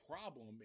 problem